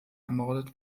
ermordet